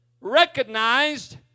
recognized